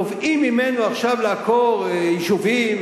תובעים ממנו עכשיו לעקור יישובים,